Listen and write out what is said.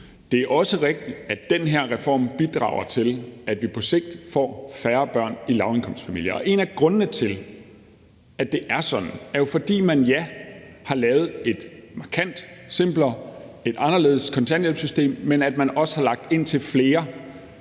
Det er også rigtigt, at den her reform bidrager til, at vi på sigt får færre børn i lavindkomstfamilier, og en af grundene til, at det er sådan, er jo, at man har lavet et markant simplere og anderledes kontanthjælpssystem, men også, at man har lagt op til flere